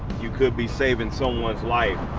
you could be saving someone's life.